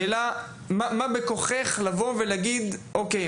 מה יש בכוחך לבוא ולהגיד: "אוקיי,